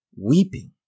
weeping